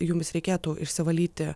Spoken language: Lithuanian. jums reikėtų išsivalyti